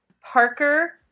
Parker